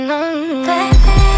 Baby